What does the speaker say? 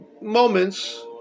moments